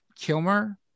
Kilmer